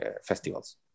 festivals